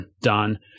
done